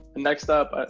next up, but